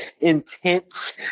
intense